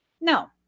No